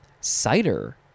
Cider